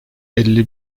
elli